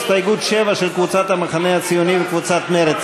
הסתייגות 7 של קבוצת המחנה הציוני וקבוצת מרצ,